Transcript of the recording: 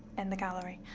in the gallery.